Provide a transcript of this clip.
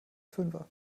fünfer